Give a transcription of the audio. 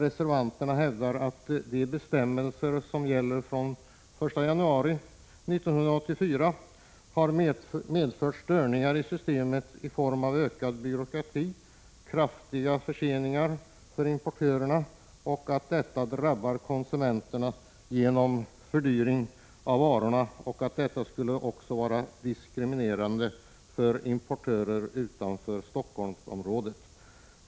Reservanterna hävdar att de bestämmelser som gäller fr.o.m. den 1 januari 1984 har medfört störningar i systemet i form av ökad byråkrati och kraftiga förseningar för importörerna samt att detta drabbar konsumenterna genom fördyring av varorna och att importörer utanför Helsingforssområdet skulle vara diskriminerade.